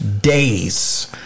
Days